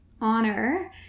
honor